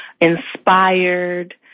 inspired